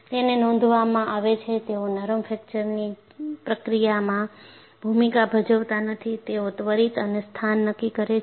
જેને નોંધવામાં આવે છે તેઓ નરમ ફ્રેકચરની પ્રક્રિયામાં ભૂમિકા ભજવતા નથી તેઓ ત્વરિત અને સ્થાન નક્કી કરે છે